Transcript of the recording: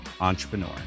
Entrepreneur